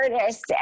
artist